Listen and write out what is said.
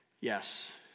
Yes